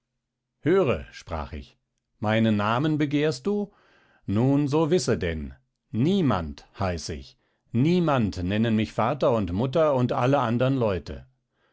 höre sprach ich meinen namen begehrst du nun so wisse denn niemand heiß ich niemand nennen mich vater und mutter und alle anderen leute